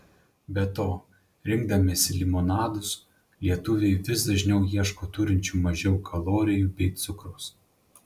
be to rinkdamiesi limonadus lietuviai vis dažniau ieško turinčių mažiau kalorijų bei cukraus